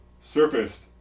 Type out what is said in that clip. surfaced